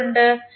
എന്തുകൊണ്ട്